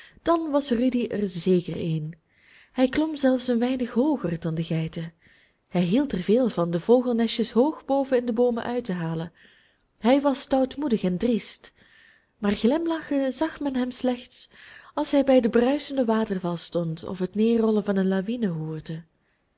dan was rudy er zeker een hij klom zelfs een weinig hooger dan de geiten hij hield er veel van de vogelnestjes hoog boven in de boomen uit te halen hij was stoutmoedig en driest maar glimlachen zag men hem slechts als hij bij den bruisenden waterval stond of het neerrollen van een lawine hoorde